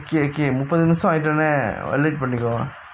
okay okay முப்பது நிமிஷோ ஆயிடோனே:muppathu nimisho aayitonae alert பண்ணிக்கோ:pannikko